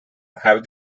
have